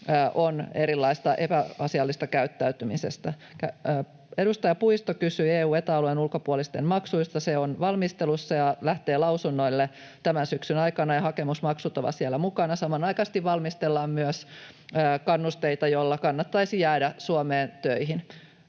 on erilaista epäasiallista käyttäytymistä. Edustaja Puisto kysyi EU- ja Eta-alueen ulkopuolisten maksuista. Se on valmistelussa ja lähtee lausunnoille tämän syksyn aikana, ja hakemusmaksut ovat siellä mukana. Samanaikaisesti valmistellaan myös kannusteita, joilla kannattaisi jäädä Suomeen töihin